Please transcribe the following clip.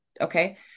okay